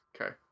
Okay